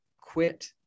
quit